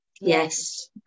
yes